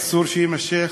אסור שיימשך,